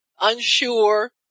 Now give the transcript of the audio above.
unsure